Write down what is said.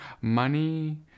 money